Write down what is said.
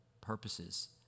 purposes